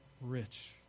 rich